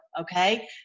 okay